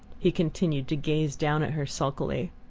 he continued to gaze down at her sulkily.